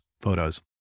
photos